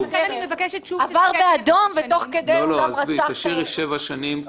עבר באדום ותוך כדי הוא גם רצח --- תשאירי שבע שנים.